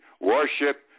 warship